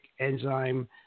enzyme